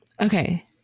Okay